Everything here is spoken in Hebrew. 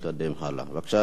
בבקשה, אדוני השר.